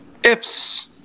Ifs